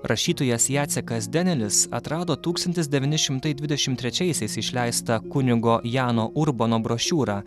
rašytojas jacekas denelis atrado tūkstantis devyni šimtai dvidešimt trečiaisiais išleistą kunigo jano urbono brošiūrą